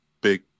big